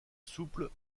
souple